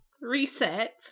Reset